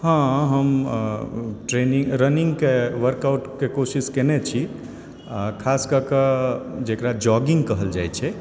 हँ हम रनिङ्गके वर्कऑउटके कोशिश केने छी खासकऽ कऽ जेकरा जॉगिङ्ग कहल जाइत छै